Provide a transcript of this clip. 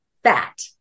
Fat